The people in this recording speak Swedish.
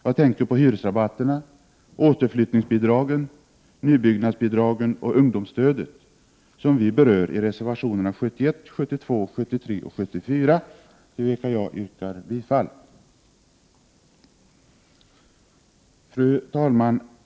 Jag tänker på hyresrabatterna, återflyttningsbidragen, nybyggnadsbidragen och ungdomsstödet, som vi berör i reservationerna 71, 72, 73 och 74, till vilka jag yrkar bifall. Fru talman!